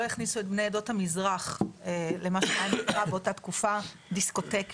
הכניסו את בני עדות המזרח למה שהיה נקרא באותה תקופה דיסקוטקים.